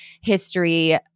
history